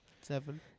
Seven